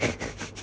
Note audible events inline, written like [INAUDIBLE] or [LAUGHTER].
[LAUGHS]